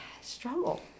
struggle